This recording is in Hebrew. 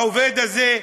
העובד הזה,